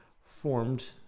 formed